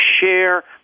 share